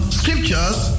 scriptures